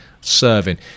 serving